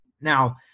Now